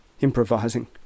Improvising